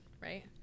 right